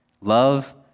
love